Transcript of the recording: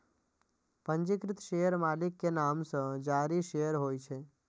पंजीकृत शेयर मालिक के नाम सं जारी शेयर होइ छै